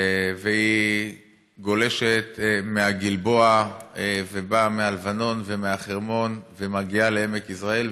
והיא גולשת מהגלבוע ובאה מהלבנון ומהחרמון ומגיעה לעמק יזרעאל,